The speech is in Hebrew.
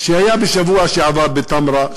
שהיה בשבוע שעבר בתמרה,